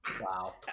Wow